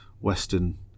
western